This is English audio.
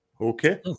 Okay